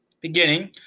beginning